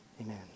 Amen